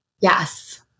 Yes